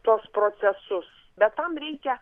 tuos procesus bet tam reikia